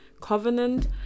covenant